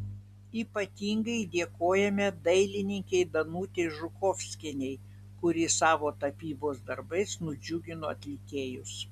ypatingai dėkojame dailininkei danutei žukovskienei kuri savo tapybos darbais nudžiugino atlikėjus